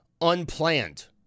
unplanned